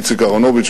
איציק אהרונוביץ,